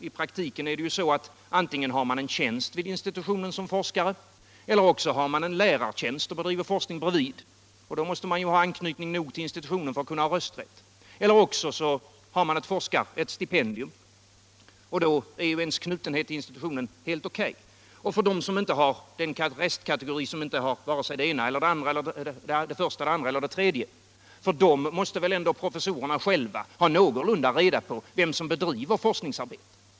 I praktiken är det ju så att antingen har man en tjänst som forskare vid institutionen eller också har man en lärartjänst och bedriver forskning vid sidan av denna tjänst — och då måste man ju ha anknytning nog till institutionen för att kunna ha rösträtt — eller också har man ett stipendium, och då är man knuten till institutionen. Sedan finns det en restkategori som inte tillhör vare sig den första eller den andra eller den tredje gruppen, men professorerna måste väl ändå själva ha någorlunda reda på vem som bedriver forskningsarbete.